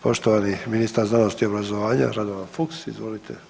Poštovani ministar znanosti i obrazovanja Radovan Fuchs, izvolite.